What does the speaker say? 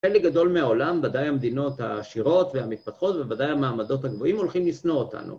חלק גדול מהעולם, בוודאי המדינות העשירות והמתפתחות ובוודאי המעמדות הגבוהים הולכים לשנוא אותנו.